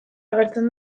agertzen